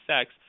sex